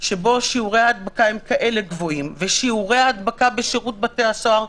שבו שיעורי ההדבקה הם כאלה גבוהים ושיעורי ההדבקה בשירות בתי הסוהר,